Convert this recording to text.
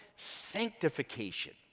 sanctification